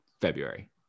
February